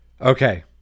Okay